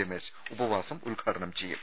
രമേശ് ഉപവാസം ഉദ്ഘാടനം ചെയ്യും